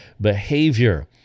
behavior